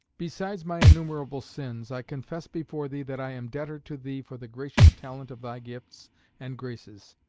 besides my innumerable sins, i confess before thee that i am debtor to thee for the gracious talent of thy gifts and graces,